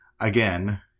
Again